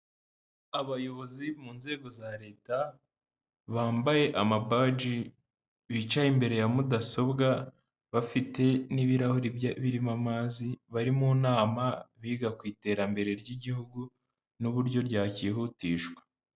Abayobozi mu nzego za leta, bambaye amabaji bicaye imbere ya mudasobwa, bafite n'ibirahuri birimo amazi bari mu nama biga ku iterambere ry'igihugu n'uburyo ryakihutishwa.